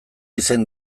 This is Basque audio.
izen